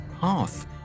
path